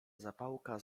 zapałka